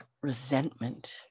resentment